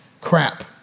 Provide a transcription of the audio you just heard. crap